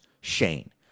Shane